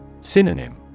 Synonym